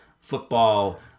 football